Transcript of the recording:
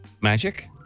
Magic